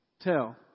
Tell